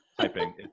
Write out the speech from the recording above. typing